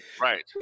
right